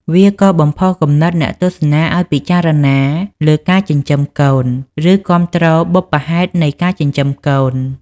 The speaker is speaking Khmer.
វាក៏បំផុសគំនិតអ្នកទស្សនាឲ្យពិចារណាលើការចិញ្ចឹមកូន ឬគាំទ្របុព្វហេតុនៃការចិញ្ចឹមកូន។